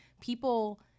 people